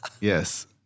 Yes